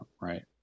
Right